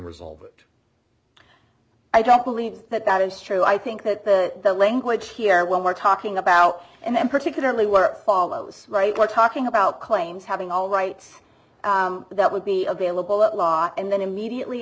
resolve it i don't believe that that is true i think that the the language here when we're talking about and then particularly where it follows right we're talking about claims having all rights that would be available a lot and then immediately